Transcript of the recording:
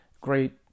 great